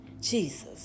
Jesus